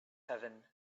heaven